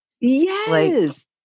Yes